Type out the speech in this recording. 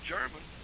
German